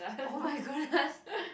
oh-my-goodness